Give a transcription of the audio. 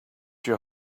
your